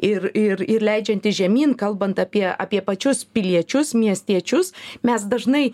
ir ir ir leidžiantis žemyn kalbant apie apie pačius piliečius miestiečius mes dažnai